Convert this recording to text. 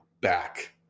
back